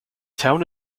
town